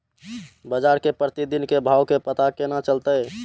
बजार के प्रतिदिन के भाव के पता केना चलते?